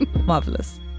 Marvelous